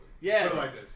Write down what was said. Yes